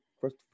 first